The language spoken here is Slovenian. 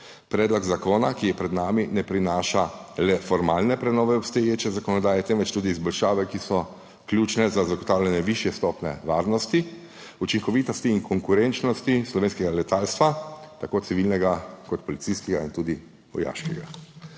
Predlog zakona, ki je pred nami, ne prinaša le formalne prenove obstoječe zakonodaje, temveč tudi izboljšave, ki so ključne za zagotavljanje višje stopnje varnosti, učinkovitosti in konkurenčnosti slovenskega letalstva, tako civilnega kot policijskega in tudi vojaškega.